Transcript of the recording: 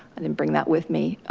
i didn't bring that with me.